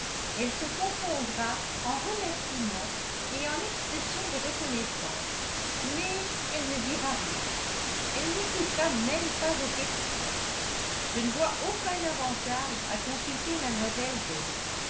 elle se confondra en remerciements et en expressions de reconnaissance mais elle ne dira rien elle n'écoutera même pas vos questions je ne vois aucun avantage à consulter